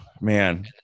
Man